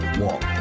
walk